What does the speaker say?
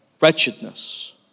wretchedness